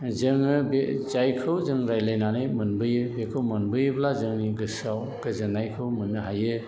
जोङो बे जायखौ जों रायलायनानै मोनबोयो बेखौ मोनबोयोब्ला जों गोसोआव गोजोननायखौ मोननो हायो